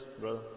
brother